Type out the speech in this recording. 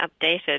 updated